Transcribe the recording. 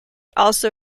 also